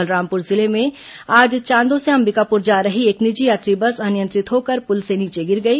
बलरामपुर जिले में आज चांदो से अंबिकापुर जा रही एक निजी यात्री बस अनियंत्रित होकर पुल से नीचे गिर गई